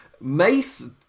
Mace